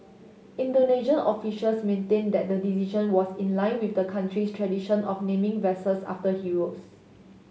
Indonesian officials maintain that the decision was in line with the country's tradition of naming vessels after heroes